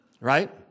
Right